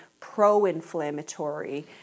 pro-inflammatory